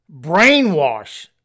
brainwash